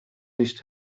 nicht